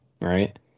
Right